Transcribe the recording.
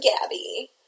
Gabby